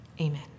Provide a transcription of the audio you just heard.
Amen